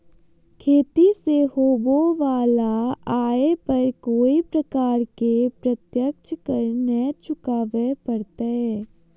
खेती से होबो वला आय पर कोय प्रकार के प्रत्यक्ष कर नय चुकावय परतय